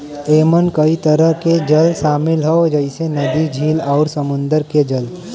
एमन कई तरह के जल शामिल हौ जइसे नदी, झील आउर समुंदर के जल